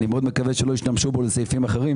אני מאוד מקווה שלא השתמשו בו לסעיפים אחרים